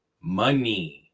money